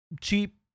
cheap